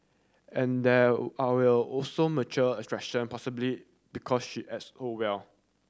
and there are will also mutual attraction possibly because she acts so well